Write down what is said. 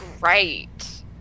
great